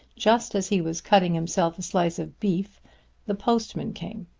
just as he was cutting himself a slice of beef the postman came,